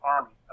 Army